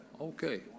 Okay